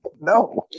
No